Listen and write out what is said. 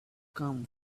come